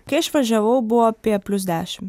kai išvažiavau buvo apie plius dešim